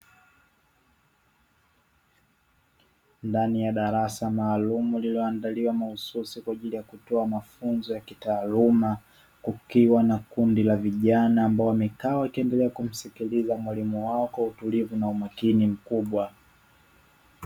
Ndani ya darasa maalumu lililoandaliwa mahususi kwa ajili ya kutoa mafunzo ya kitaaluma kukiwa na kundi la vijana ambao wamekaa wakiendelea kumsikiliza mwalimu wao kwa utulivu na umakini mkubwa.